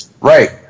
Right